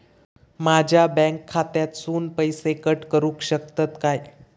माझ्या बँक खात्यासून पैसे कट करुक शकतात काय?